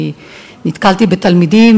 אני נתקלתי בתלמידים,